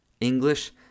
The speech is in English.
English